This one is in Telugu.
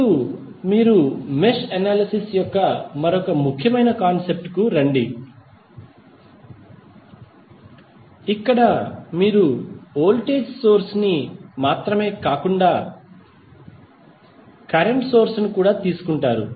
ఇప్పుడు మెష్ అనాలిసిస్ యొక్క మరొక ముఖ్యమైన కాన్సెప్ట్ కు రండి ఇక్కడ మీరు వోల్టేజ్ సోర్స్ ని మాత్రమే కాకుండా కరెంట్ సోర్స్ ని కూడా తీసుకుంటారు